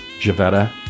Javetta